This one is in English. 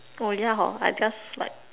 oh ya hor I just like